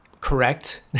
correct